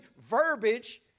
verbiage